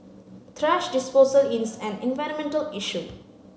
thrash disposal is an environmental issue